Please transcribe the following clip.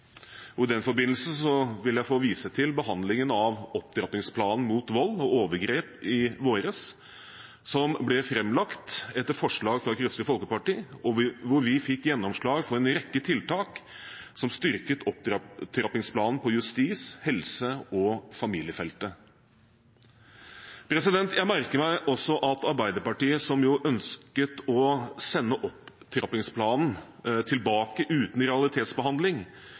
og i den forbindelse vil jeg vise til behandlingen av opptrappingsplanen mot vold og overgrep i vår, som ble framlagt etter forslag fra Kristelig Folkeparti, hvor vi fikk gjennomslag for en rekke tiltak som styrket opptrappingsplanen på justis-, helse- og familiefeltet. Jeg merker meg også at Arbeiderpartiet, som jo ønsket å sende opptrappingsplanen tilbake uten realitetsbehandling,